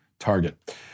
target